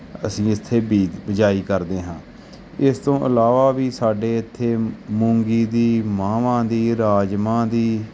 ਅਸੀਂ ਇੱਥੇ ਵੀ ਬਿਜਾਈ ਕਰਦੇ ਹਾਂ ਇਸ ਤੋਂ ਇਲਾਵਾ ਵੀ ਸਾਡੇ ਇੱਥੇ ਮੂੰਗੀ ਦੀ ਮਾਹਵਾਂ ਦੀ ਰਾਜਮਾਂ ਦੀ